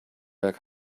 back